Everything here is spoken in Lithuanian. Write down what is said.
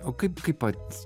o kaip kaip pats